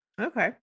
Okay